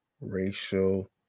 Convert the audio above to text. racial